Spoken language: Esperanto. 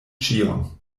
ĉion